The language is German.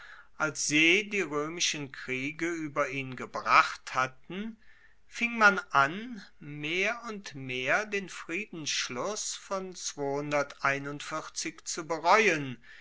als je die roemischen kriege ueber ihn gebracht hatten fing man an mehr und mehr den friedensschluss von zu bereuen